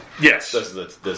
Yes